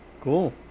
Cool